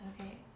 Okay